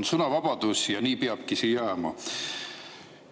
on sõnavabadus ja nii peabki see jääma.